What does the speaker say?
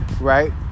right